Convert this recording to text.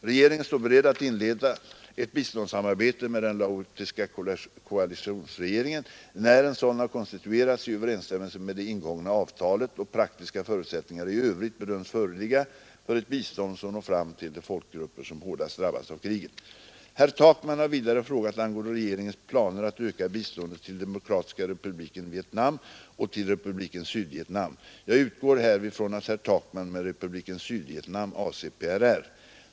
Regeringen står beredd att inleda ett biståndssamarbete med den laotiska koalitionsregeringen, när en sådan har konstituerats i överensstämmelse med det ingångna avtalet och praktiska förutsättningar i övrigt bedöms föreligga för ett bistånd som når fram till de folkgrupper som hårdast drabbats av kriget. Herr Takman har vidare frågat angående regeringens planer att öka biståndet till Demokratiska republiken Vietnam och till republiken Sydvietnam. Jag utgår härvid från att herr Takman med Republiken Sydvietnam avser PRR.